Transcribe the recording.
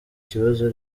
kibazo